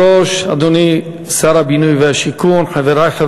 632, 652, 653, 662, 670, 672, 674, 676 ו-688.